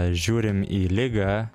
žiūrim į ligą